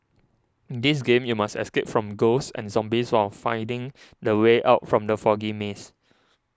in this game you must escape from ghosts and zombies while finding the way out from the foggy maze